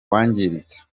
wangiritse